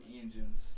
engines